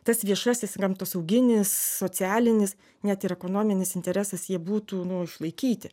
tas viešasis gamtosauginis socialinis net ir ekonominis interesas jie būtų nu išlaikyti